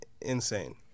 insane